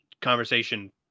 conversation